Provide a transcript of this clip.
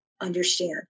understand